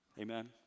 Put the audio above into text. Amen